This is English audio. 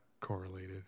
correlated